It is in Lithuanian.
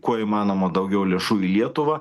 kuo įmanoma daugiau lėšų į lietuvą